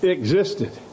existed